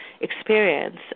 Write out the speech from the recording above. experience